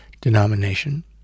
denomination